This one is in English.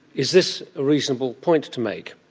is this a reasonable point to make?